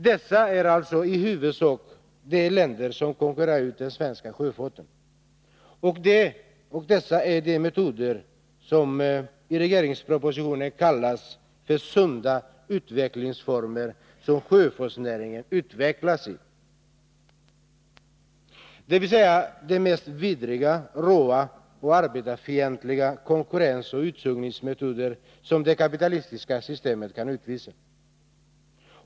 Det är alltså i huvudsak dessa länder som konkurrerar ut den svenska sjöfarten. Och det är enligt nämnda metoder, vilka i regeringspropositionen kallas för sunda utvecklingsformer, som sjöfartsnäringen utvecklas — dvs. de mest vidriga, råa och arbetarfientliga konkurrensoch utsugningsmetoder som det kapitalistiska systemet kan uppvisa.